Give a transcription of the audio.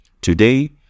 Today